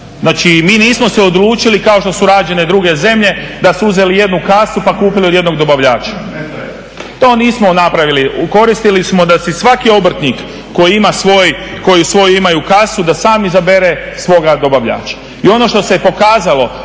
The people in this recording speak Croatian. Znači mi nismo se odlučili kao što su rađene druge zemlje da su uzeli jednu kasu pa kupili od jednog dobavljača. To nismo napravili. Ukoristili smo da si svaki obrtnik koji ima svoj, koji svoju imaju kasu da sam izabere svoga dobavljača. I ono što se pokazalo